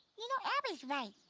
you know, abby's right.